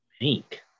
Pink